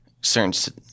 certain